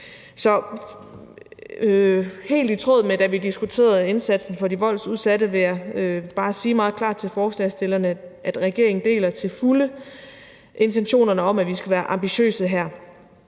Så helt i tråd med det, som vi diskuterede i forbindelse med indsatsen for de voldsudsatte, vil jeg bare sige meget klart til forslagsstillerne, at regeringen til fulde deler intentionerne om, at vi her skal være ambitiøse.